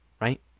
right